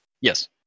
Yes